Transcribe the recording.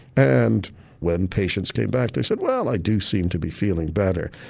and when patients came back they said well i do seem to be feeling better.